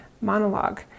monologue